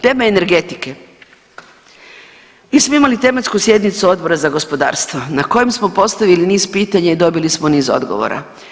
Tema energetike, mi smo imali tematsku sjednicu Odbora za gospodarstvo na kojem smo postavili niz pitanja i dobili smo niz odgovora.